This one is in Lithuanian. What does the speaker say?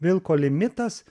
vilko limitas